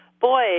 Boy